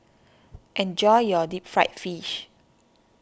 enjoy your Deep Fried Fish